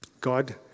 God